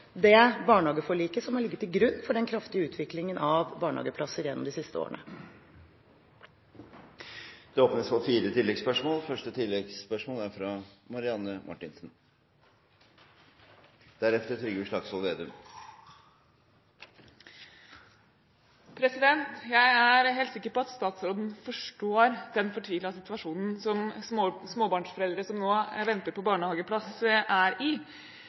det barnehageforliket som har ligget til grunn for den kraftige utviklingen av barnehageplasser gjennom de siste årene. Det blir fire oppfølgingsspørsmål – først Marianne Marthinsen. Jeg er helt sikker på at statsråden forstår den fortvilede situasjonen som småbarnsforeldre som nå venter på barnehageplass, er i.